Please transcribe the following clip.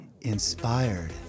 inspired